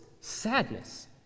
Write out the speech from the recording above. sadness